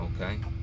Okay